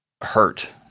hurt